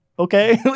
Okay